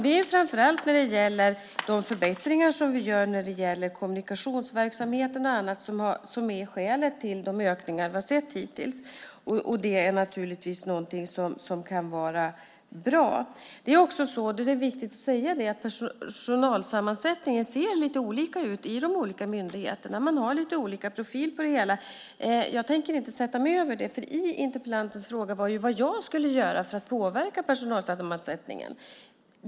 Det är framför allt förbättringar som görs av kommunikationsverksamhet och annat som är skälet till de ökningar vi hittills sett, vilket naturligtvis är bra. Det är också viktigt att säga att personalsammansättningen ser lite olika ut vid de olika myndigheterna. Man har lite olika profil. Jag tänker inte sätta mig över det. Interpellantens fråga var vad jag skulle göra för att påverka personalsammansättningen.